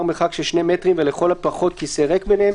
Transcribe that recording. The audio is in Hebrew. מרחק של 2 מטרים ולכל הפחות כיסא ריק ביניהם,